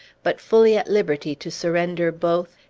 but fully at liberty to surrender both,